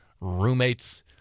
roommates